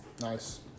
Nice